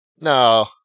No